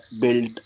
built